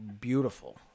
beautiful